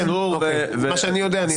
לא אנחנו קוראים לחרם.